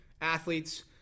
athletes